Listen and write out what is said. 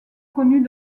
connues